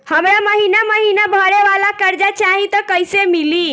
हमरा महिना महीना भरे वाला कर्जा चाही त कईसे मिली?